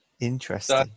interesting